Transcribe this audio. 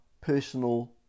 personal